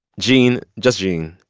gene. just gene.